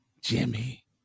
Jimmy